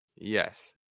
yes